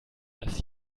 dass